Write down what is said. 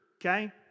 Okay